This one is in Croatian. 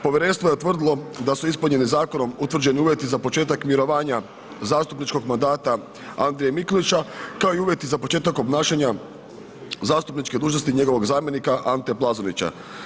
Povjerenstvo je utvrdilo da su ispunjeni zakonom utvrđeni uvjeti za početak mirovanja zastupničkog mandata Andrije Mikulića, kao i uvjeti za početak obnašanja zastupničke dužnosti njegovog zamjenika Ante Plazonića.